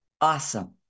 Awesome